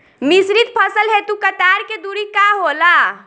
मिश्रित फसल हेतु कतार के दूरी का होला?